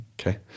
Okay